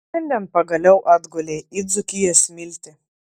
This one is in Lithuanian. šiandien pagaliau atgulei į dzūkijos smiltį